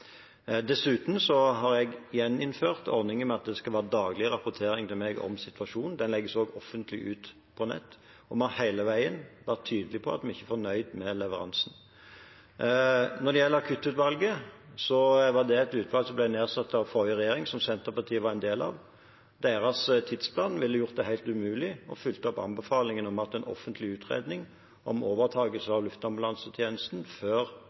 Dessuten har jeg gjeninnført ordningen med at det skal være daglig rapportering til meg om situasjonen. Den legges også offentlig ut på nettet. Vi har hele veien vært tydelige på at vi ikke er fornøyd med leveransen. Når det gjelder akuttutvalget, var det et utvalg som ble nedsatt av forrige regjering, som Senterpartiet var en del av. Deres tidsplan ville gjort det helt umulig å følge opp anbefalingene om en offentlig utredning om overtagelse av luftambulansetjenesten før